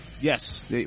yes